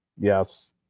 Yes